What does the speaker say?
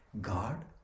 God